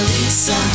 Lisa